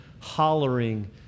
hollering